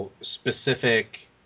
specific